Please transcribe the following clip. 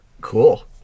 Cool